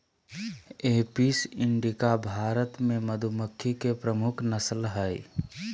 Apis indica Bharat मे मधुमक्खी के प्रमुख नस्ल हय